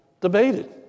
debated